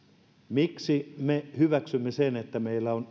miksi me hyväksymme sen että meillä on